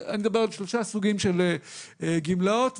שלושה סוגים של גמלאות.